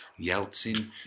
Yeltsin